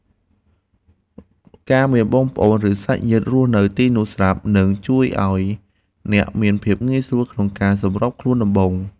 ការមានបងប្អូនឬសាច់ញាតិរស់នៅទីនោះស្រាប់នឹងជួយឱ្យអ្នកមានភាពងាយស្រួលក្នុងការសម្របខ្លួនដំបូង។